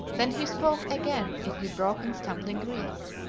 then he spoke again in his broken, stumbling greek,